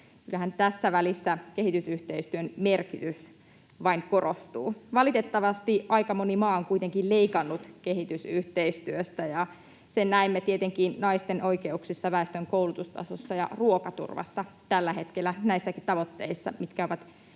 tässä välissä kehitysyhteistyön merkitys vain korostuu. Valitettavasti aika moni maa on kuitenkin leikannut kehitysyhteistyöstä, ja sen näemme tietenkin naisten oikeuksissa, väestön koulutustasossa ja ruokaturvassa tällä hetkellä, näissä tavoitteissa, mitkä ovat